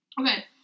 Okay